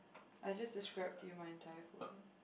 I just described you my entire photo